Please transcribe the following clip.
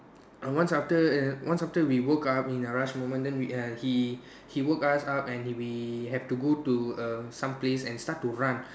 err once after uh once after we woke up in a rush moment then we uh he he woke us up and we have to go to uh some place and start to run